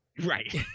right